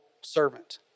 servant